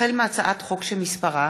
החל בהצעת חוק שמספרה